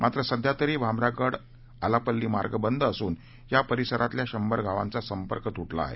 मात्र सध्यातरी भामरागड आलापल्ली मार्ग बंद असून त्या परिसरातील शंभर गावांचा संपर्क तुटला आहे